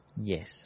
yes